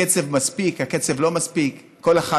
הקצב מספיק, הקצב לא מספיק, כל אחד